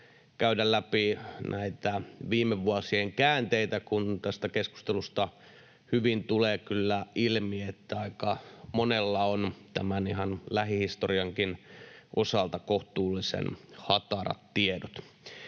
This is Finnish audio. käydä läpi näitä viime vuosien käänteitä, kun tästä keskustelusta hyvin tulee kyllä ilmi, että aika monella on tämän ihan lähihistoriankin osalta kohtuullisen hatarat tiedot.